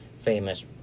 famous